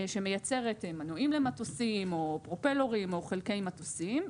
שמייצרים מנועים למטוסים או פרופלורים או חלקי מטוסים,